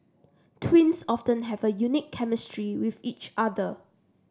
twins often have a unique chemistry with each other